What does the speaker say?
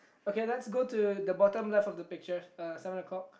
okay let's go to the bottom left of the picture uh seven o-clock